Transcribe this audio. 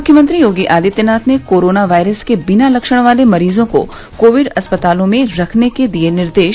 मुख्यमंत्री योगी आदित्यनाथ ने corona virus के बिना लक्षण वाले मरीजों को कोविड अस्पतालों में रखने के दिये निर्देश